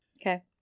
okay